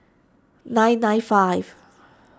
nine nine five